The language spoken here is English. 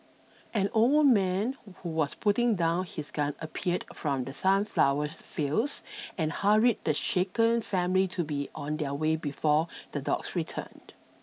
an old man who was putting down his gun appeared from the sunflower fields and hurried the shaken family to be on their way before the dogs return